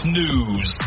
news